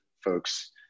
folks